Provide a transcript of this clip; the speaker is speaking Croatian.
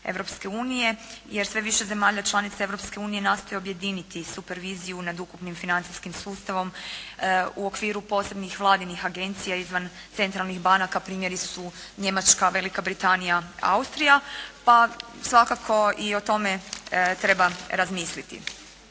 Europske unije, jer sve više zemalja članica Europske unije nastoji objediniti superviziju nad ukupnim financijskim sustavom u okviru posebnih Vladinih agencija izvan centralnih banaka. Primjeri su Njemačka, Velika Britanija, Austrija, pa svakako i o tome treba razmisliti.